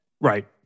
Right